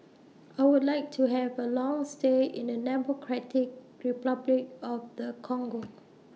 I Would like to Have A Long stay in The Democratic Republic of The Congo